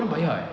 kan bayar